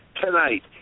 Tonight